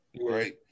Right